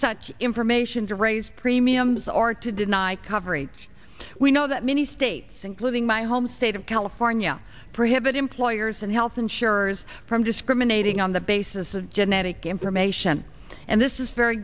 such information to raise premiums or to deny coverage we know that many states including my home state of california prohibit employers and health insurers from discriminating on the basis of genetic information and this is very